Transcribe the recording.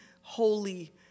holy